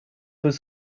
was